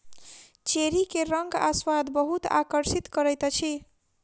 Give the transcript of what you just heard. cherry के रंग आ स्वाद बहुत आकर्षित करैत अछि